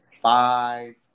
five